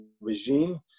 regime